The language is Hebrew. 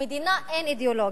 למדינה אין אידיאולוגיה.